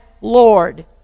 Lord